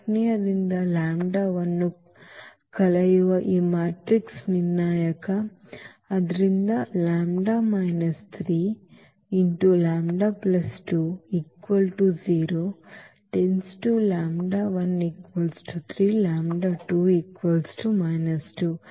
ಕರ್ಣೀಯದಿಂದ ಲ್ಯಾಂಬ್ಡಾವನ್ನು ಕಳೆಯುವ ಈ ಮ್ಯಾಟ್ರಿಕ್ಸ್ನ ನಿರ್ಣಾಯಕ ಆದ್ದರಿಂದ ⟹ λ 3 λ2 0⟹λ1 3 λ2 2